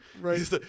Right